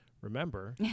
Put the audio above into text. remember